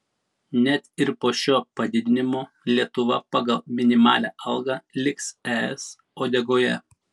net ir po šio padidinimo lietuva pagal minimalią algą liks es uodegoje